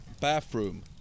bathroom